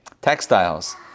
Textiles